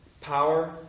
power